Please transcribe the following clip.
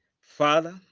Father